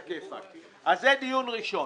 זה דיון ראשון.